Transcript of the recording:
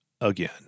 again